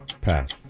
Pass